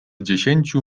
dziesięciu